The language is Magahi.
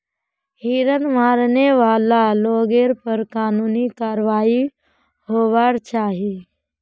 हिरन मारने वाला लोगेर पर कानूनी कारवाई होबार चाई